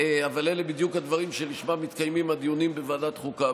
אבל אלה בדיוק הדברים שלשמם מתקיימים הדיונים בוועדת החוקה,